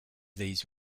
these